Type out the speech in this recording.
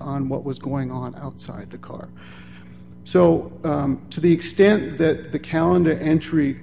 on what was going on outside the car so to the extent that the calendar entry